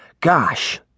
Gosh